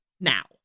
now